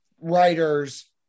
writers